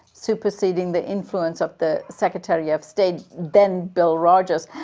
superseding the influence of the secretary of state, then bill rogers.